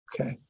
okay